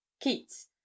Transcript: keats